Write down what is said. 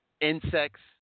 insects